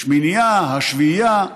השמינייה, השביעייה,